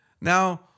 Now